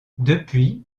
depuis